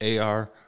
AR